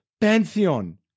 Pantheon